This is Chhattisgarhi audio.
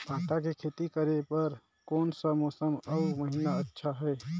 भांटा के खेती करे बार कोन सा मौसम अउ महीना अच्छा हे?